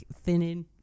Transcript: thinning